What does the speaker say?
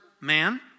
man